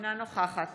אינה נוכחת